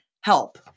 help